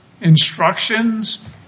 instructions